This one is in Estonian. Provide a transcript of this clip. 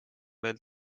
veel